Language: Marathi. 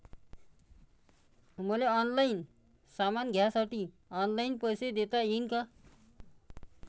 मले ऑनलाईन सामान घ्यासाठी ऑनलाईन पैसे देता येईन का?